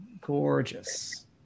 gorgeous